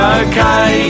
okay